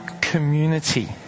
community